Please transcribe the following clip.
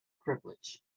privilege